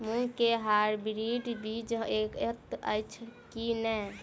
मूँग केँ हाइब्रिड बीज हएत अछि की नै?